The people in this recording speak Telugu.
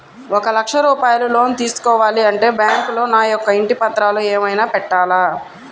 ఒక లక్ష రూపాయలు లోన్ తీసుకోవాలి అంటే బ్యాంకులో నా యొక్క ఇంటి పత్రాలు ఏమైనా పెట్టాలా?